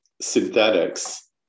synthetics